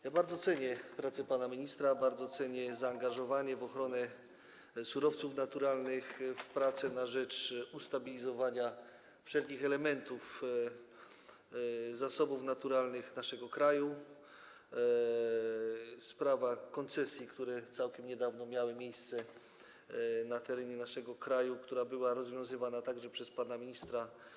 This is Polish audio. Ja bardzo cenię pracę pana ministra, bardzo cenię to zaangażowanie w ochronę surowców naturalnych, w prace na rzecz ustabilizowania wszelkich elementów związanych z zasobami naturalnymi naszego kraju, w sprawy koncesji, w to, co całkiem niedawno miało miejsce na terenie naszego kraju, a co było rozwiązywane także przez pana ministra.